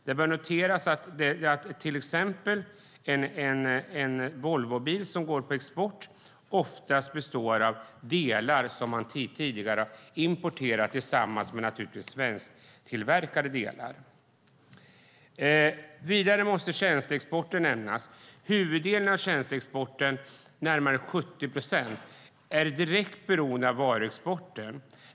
Det bör noteras att exempelvis en Volvobil som går på export oftast består av delar som tidigare importerats, och naturligtvis också av svensktillverkade delar. Vidare måste tjänsteexporten nämnas. Huvuddelen av tjänsteexporten, närmare 70 procent, är direkt beroende av varuexporten.